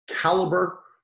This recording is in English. caliber